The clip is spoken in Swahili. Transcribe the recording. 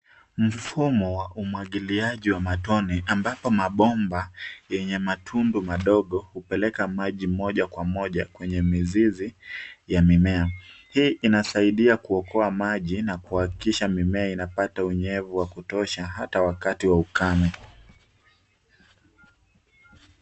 Mfumo w aumwagiliaji wa matone ambapo mabomba yenye matundu madogo hupeleka maji moja kwa moja kwenye mizizi ya mimea. Hii inasaidia kuokoa maji na kuhakikisha mimea inapata unyevu wa kutosha hata wakati wa ukame.